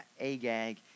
Agag